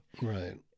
right